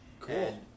Cool